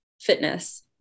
fitness